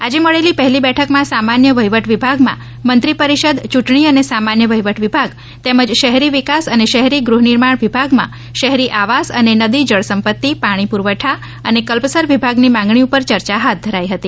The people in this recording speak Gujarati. આજે મળેલી પહેલી બેઠકમાં સામાન્ય વહીવટ વિભાગમાં મંત્રી પરિષદ ચૂંટણી અને સામાન્ય વહીવટ વિભાગ તેમજ શહેરી વિકાસ અને શહેરી ગૃહનિર્માણ વિભાગમાં શહેરી આવાસ અને નદી જળ સંપત્તિ પાણી પુરવઠા અને કલ્પસર વિભાગની માંગણી પર ચર્ચા હાથ ધરાઇ હતી